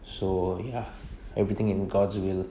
so ya everything in god's will